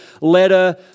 letter